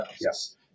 Yes